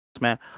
man